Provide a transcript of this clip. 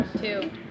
Two